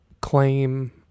claim